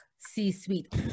C-suite